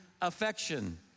affection